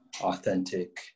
authentic